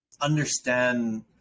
understand